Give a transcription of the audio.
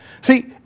See